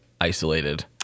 isolated